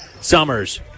Summers